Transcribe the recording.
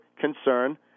concern